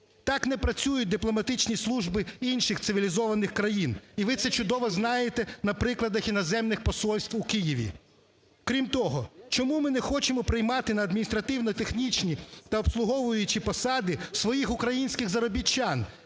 Так не працюють дипломатичні служби інших цивілізованих країн, і ви це чудово знаєте на прикладах іноземних посольств у Києві. Крім того, чому ми не хочемо приймати на адміністративно-технічні та обслуговуючи посади своїх українських заробітчан,